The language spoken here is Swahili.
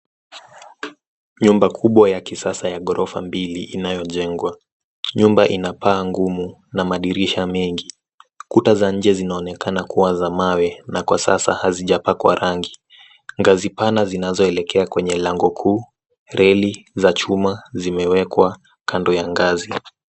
Nyumba kubwa ya kisasa ya ghorofa mbili inayojengwa. Nyumba ina paa ngumu na madirisha mengi. Kuta za nje zinaonekana kuwa za mawe na kwa sasa hazijapakwa rangi. Ngazi pana zinazoelekea kwenye lango kuu, reli za chuma zimewekwa kando ya ngazi.